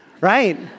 right